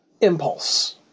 impulse